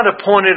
appointed